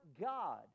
God